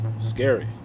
Scary